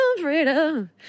Freedom